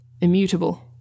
immutable